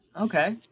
Okay